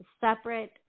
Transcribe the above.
separate